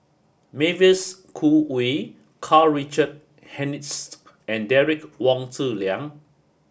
Mavis Khoo Oei Karl Richard Hanitsch and Derek Wong Zi Liang